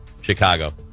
Chicago